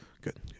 Good